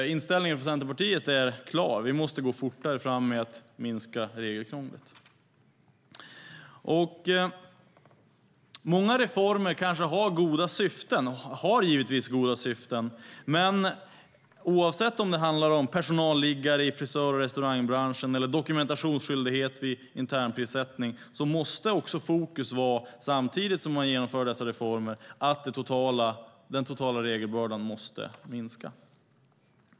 Inställningen för Centerpartiets del är klar: Vi måste gå fortare fram med att minska regelkrånglet. Många reformer har goda syften, men oavsett om det handlar om personalliggare i frisör och restaurangbranschen eller dokumentationsskyldighet vid internprissättning måste fokus vara - samtidigt som man genomför dessa reformer - att den totala regelbördan ska minska.